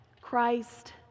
Christ